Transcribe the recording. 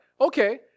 Okay